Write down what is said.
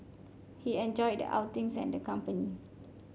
he enjoyed the outings and the company